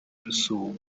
rusumo